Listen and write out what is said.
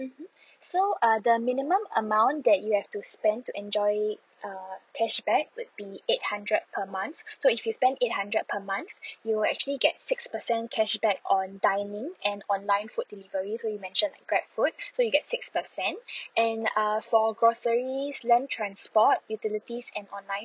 mmhmm so err the minimum amount that you have to spend to enjoy uh cashback would be eight hundred per month so if you spend eight hundred per month you will actually get six percent cashback on dining and online food delivery so you mentioned like grabfood so you get six percent and uh for groceries land transport utilities and online